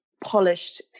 polished